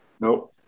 Nope